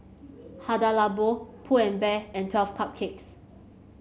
Hada Labo Pull and Bear and Twelve Cupcakes